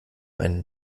einen